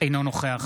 אינו נוכח